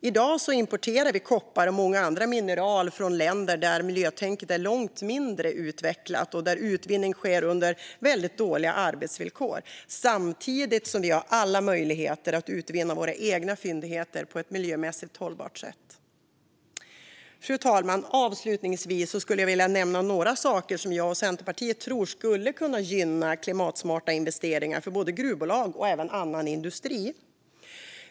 I dag importerar vi koppar och många andra mineral från länder där miljötänket är långt mindre utvecklat och där utvinning sker under väldigt dåliga arbetsvillkor. Samtidigt har vi alla möjligheter att utvinna våra egna fyndigheter på ett miljömässigt hållbart sätt. Fru talman! Jag vill avslutningsvis nämna några saker som jag och Centerpartiet tror skulle kunna gynna klimatsmarta investeringar för både gruvbolag och även annan industri.